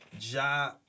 Ja